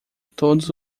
todos